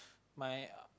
my uh